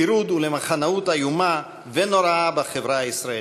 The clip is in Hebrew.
לפירוד ולמחנאות איומה ונוראה בחברה הישראלית.